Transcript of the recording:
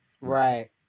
right